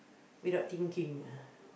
without thinking ah